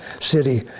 city